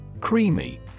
creamy